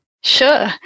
Sure